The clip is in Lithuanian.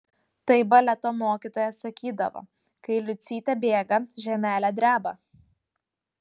tai baleto mokytoja sakydavo kai liucytė bėga žemelė dreba